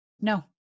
No